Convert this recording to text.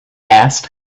asked